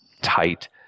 tight